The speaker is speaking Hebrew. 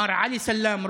מר עלי סלאם,